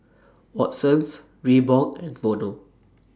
Watsons Reebok and Vono